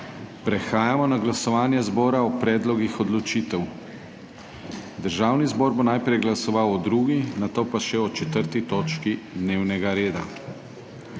Prehajamo na glasovanje zbora o predlogih odločitev. Državni zbor bo najprej glasoval o 2., nato pa še o 4. točki dnevnega reda.